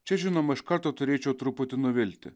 čia žinoma iš karto turėčiau truputį nuvilti